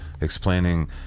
explaining